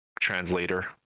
translator